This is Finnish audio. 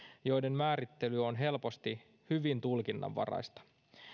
joiden määrittely on helposti hyvin tulkinnanvaraista